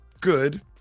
good